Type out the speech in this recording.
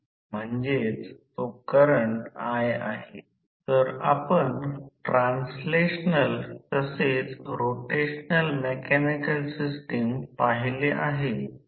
8 लोडवर कमी जे '2 मशीन मशीन फॅक्टर' कमी आहे